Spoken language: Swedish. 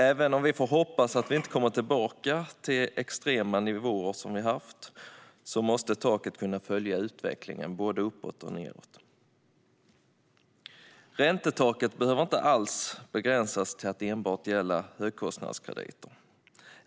Även om vi får hoppas att vi inte kommer tillbaka till de extrema nivåer vi har haft måste taket kunna följa utvecklingen både uppåt och nedåt. Räntetaket behöver inte alls vara begränsat till att enbart gälla högkostnadskrediter.